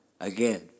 again